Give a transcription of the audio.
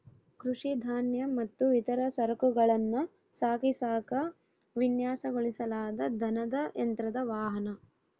ಕೃಷಿ ಧಾನ್ಯ ಮತ್ತು ಇತರ ಸರಕುಗಳನ್ನ ಸಾಗಿಸಾಕ ವಿನ್ಯಾಸಗೊಳಿಸಲಾದ ದನದ ಯಂತ್ರದ ವಾಹನ